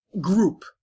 group